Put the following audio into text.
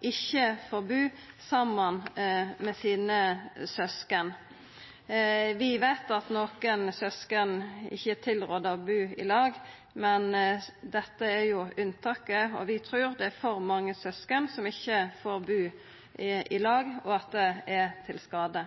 ikkje får bu saman med søskena sine. Vi veit at nokre søsken ikkje er tilrådd å bu i lag, men det er unntaket. Vi trur det er for mange søsken som ikkje får bu i lag, og at det er til skade.